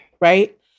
right